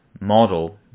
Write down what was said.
model